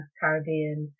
caribbean